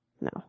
No